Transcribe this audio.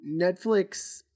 Netflix